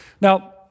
Now